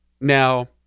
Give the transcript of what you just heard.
Now